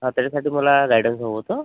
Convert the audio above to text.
हां त्याच्यासाठी मला गायडन्स हवं होतं